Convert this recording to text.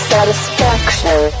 Satisfaction